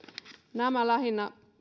nämä lähinnä